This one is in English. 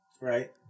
Right